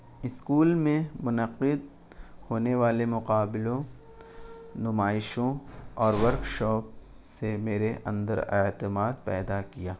school میں منعقد ہونے والے مقابلوں نمائشوں اور ورکشاپ سے میرے اندر اعتماد پیدا کیا